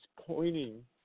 pointing